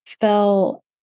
fell